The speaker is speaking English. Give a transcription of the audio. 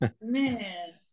man